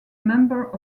member